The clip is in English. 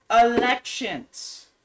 elections